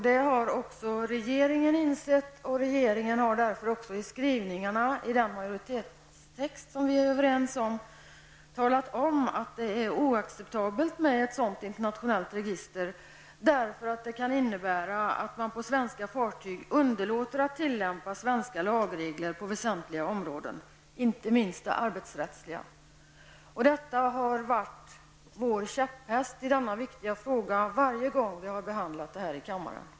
Det har också regeringen insett, och socialdemokraterna har därför i den majoritetstext som vi är överens om talat om att det är oacceptabelt med ett sådant internationellt register, därför att det kan innebära att man på svenska fartyg underlåter att tillämpa svenska lagregler på väsentliga områden, inte minst det arbetsrättsliga. Detta har varit vår käpphäst i denna viktiga fråga varje gång som vi har behandlat den i kammaren.